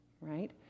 right